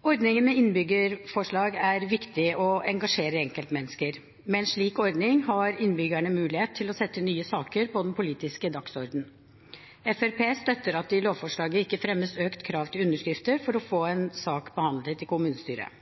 Ordningen med innbyggerforslag er viktig og engasjerer enkeltmennesker. Med en slik ordning har innbyggerne mulighet til å sette nye saker på den politiske dagsordenen. Fremskrittspartiet støtter at det i lovforslaget ikke fremmes økt krav til underskrifter for å få en sak behandlet i kommunestyret.